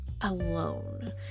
alone